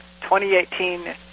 2018